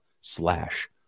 slash